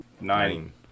Nine